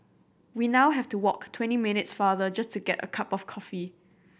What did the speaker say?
we now have to walk twenty minutes farther just to get a cup of coffee